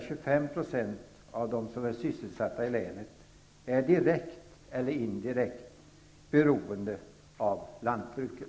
25 % av de i länet sysselsatta är nämligen direkt eller indirekt beroende av lantbruket.